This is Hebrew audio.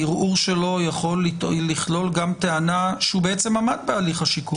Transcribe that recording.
הערעור שלו יכול לכלול גם טענה שהוא בעצם עמד בהליך השיקום?